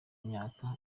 myaka